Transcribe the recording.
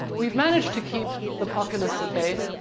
we've managed to keep the populists at bay,